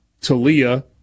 Talia